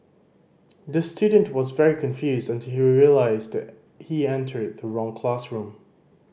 the student was very confused until he realised he entered the wrong classroom